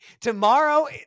Tomorrow